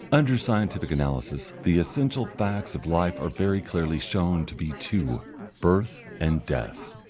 under scientific analysis the essential facts of life are very clearly shown to be two birth and death.